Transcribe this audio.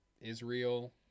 Israel